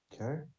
Okay